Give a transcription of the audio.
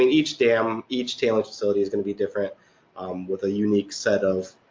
and each dam, each tailing facility is going to be different with a unique set of,